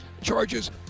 charges